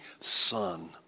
son